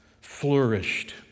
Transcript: flourished